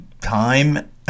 time